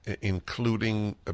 including